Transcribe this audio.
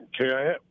okay